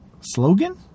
slogan